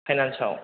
फाइनानसआव